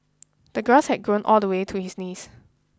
the grass had grown all the way to his knees